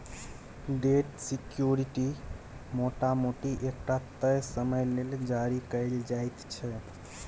date security मोटा मोटी एकटा तय समय लेल जारी कएल जाइत छै